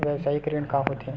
व्यवसायिक ऋण का होथे?